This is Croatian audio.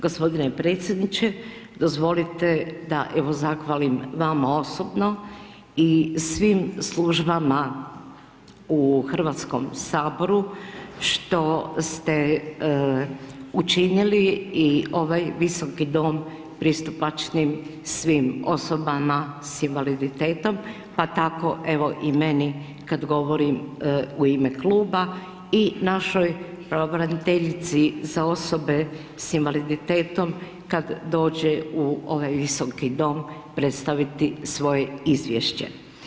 Gospodine predsjedniče dozvolite da evo zahvalim vama osobno i svim službama u Hrvatskom saboru što ste učinili i ovaj visoki dom pristupačnim svim osobama s invaliditetom pa tako evo i meni kad govorim u ime kluba i našoj pravobraniteljici za osobe s invaliditetom kad dođe u ovaj visoki dom predstaviti svoje izvješće.